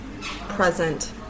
present